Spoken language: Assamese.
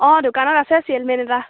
অঁ দোকানত আছে চেলমেন এটা